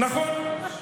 נכון.